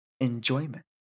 enjoyment